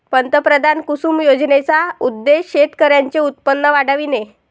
पंतप्रधान कुसुम योजनेचा उद्देश शेतकऱ्यांचे उत्पन्न वाढविणे